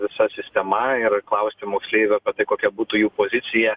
visa sistema ir klausti moksleivių apie kokia būtų jų pozicija